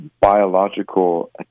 biological